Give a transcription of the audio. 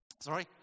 Sorry